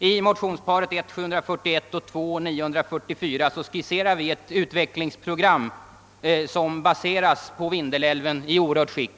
I motionsparet I:741 och II: 944 skisseras ett utvecklingsprogram som baseras på Vindelälven i orört skick.